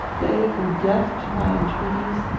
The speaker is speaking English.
they were deaf to my entreaties,